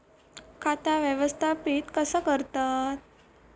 खाता व्यवस्थापित कसा करतत?